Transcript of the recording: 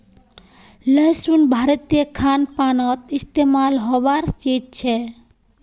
लहसुन भारतीय खान पानोत इस्तेमाल होबार चीज छे